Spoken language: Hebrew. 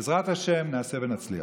בעזרת השם, נעשה ונצליח.